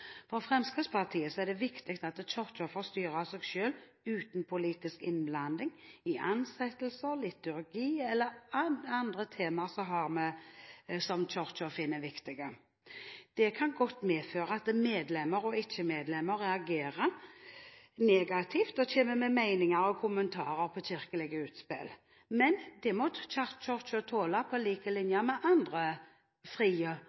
For Fremskrittspartiet er det viktig at Kirken får styre seg selv uten politisk innblanding i ansettelser, liturgi eller andre temaer som Kirken finner viktig. Det kan godt medføre at medlemmer og ikke-medlemmer reagerer negativt og kommer med meninger og kommentarer når det gjelder kirkelige utspill, men det må Kirken tåle på lik linje med andre frie organisasjoner eller hva det måtte være. Og de må, på